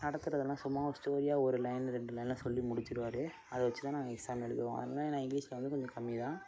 நடத்துகிறதலாம் சும்மா ஸ்டோரியாக ஒரு லைனில் ரெண்டு லைனில் சொல்லி முடிச்சுருவாரு அதை வச்சுதான் நாங்கள் எக்ஸாம் எழுதுவோம் அதனால நான் இங்லீஷ்சில் வந்து கொஞ்சம் கம்மிதான்